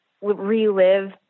relive